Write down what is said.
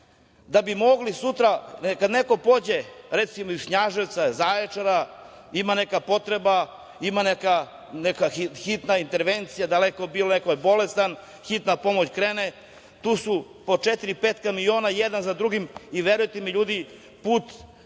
da bi mogli sutra kad neko pođe, recimo, iz Knjaževca, Zaječara, ima neku potrebu, ima neka hitna intervencija, daleko bilo neko je bolestan, Hitna pomoć krene, tu je po četiri, pet kamiona jedan za drugim i verujte mi, ljudi, put od